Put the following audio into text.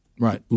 Right